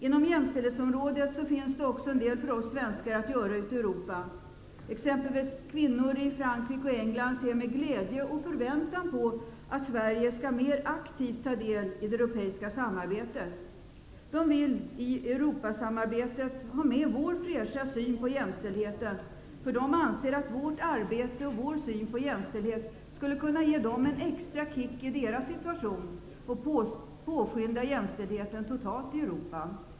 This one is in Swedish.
Inom jämställdhetsområdet finns det också en del för oss svenskar att göra ute i Europa. Exempelvis kvinnor i Frankrike och England ser med glädje och förväntan på att Sverige mer aktivt skall ta del i det europeiska samarbetet. De vill i Europasamarbetet ha med vår fräscha syn på jämställdheten, eftersom de anser att vårt arbete och vår syn på jämställdhet skulle kunna ge dem en extra kick i deras situation och påskynda jämställdheten totalt i Europa.